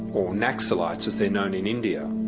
or naxalites as they're known in india,